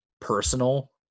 personal